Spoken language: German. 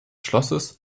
schlosses